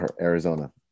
Arizona